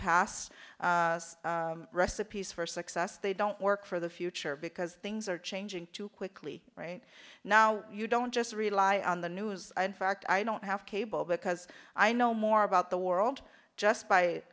past recipes for success they don't work for the future because things are changing too quickly right now you don't just rely on the news in fact i don't have cable because i know more about the world just by